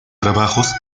trabajos